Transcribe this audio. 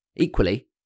Equally